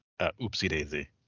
oopsie-daisy